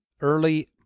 early